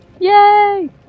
Yay